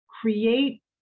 create